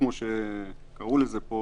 כפי שקראו לזה פה